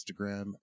Instagram